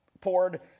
poured